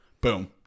Boom